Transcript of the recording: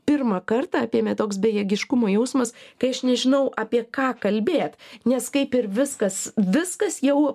pirmą kartą apėmė toks bejėgiškumo jausmas kai aš nežinau apie ką kalbėti nes kaip ir viskas viskas jau